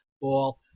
ball